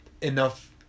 enough